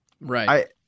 Right